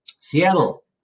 Seattle